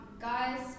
guys